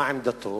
מה עמדתו